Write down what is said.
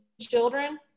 children